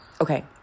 Okay